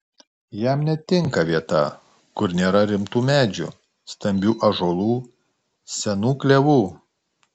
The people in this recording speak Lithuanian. jam netinka vieta kur nėra rimtų medžių stambių ąžuolų senų klevų